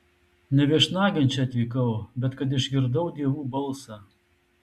ne viešnagėn čia atvykau bet kad išgirdau dievų balsą